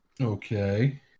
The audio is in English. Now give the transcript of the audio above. Okay